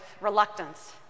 reluctance